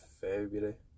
February